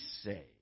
say